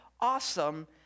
awesome